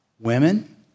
Women